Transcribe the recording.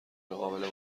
قابل